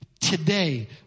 today